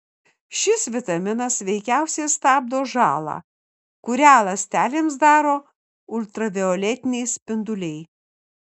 šis vitaminas veikiausiai stabdo žalą kurią ląstelėms daro ultravioletiniai spinduliai